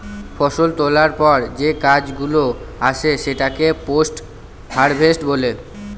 ফষল তোলার পর যে কাজ গুলো আসে সেটাকে পোস্ট হারভেস্ট বলে